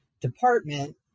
department